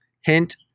Hint